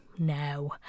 now